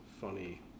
funny